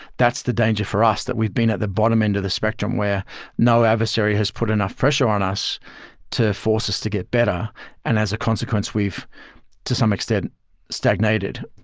that's the danger for us that we've been at the bottom end of the spectrum where no adversary has put enough pressure on us to force us to get better, and as a consequence, we've to some extent stagnated.